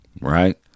right